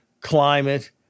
climate